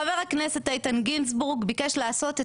חבר הכנסת איתן גינזבורג ביקש לעשות את